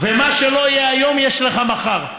ומה שלא יהיה לך היום, יש לך מחר.